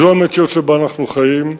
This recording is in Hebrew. זאת המציאות שבה אנחנו חיים,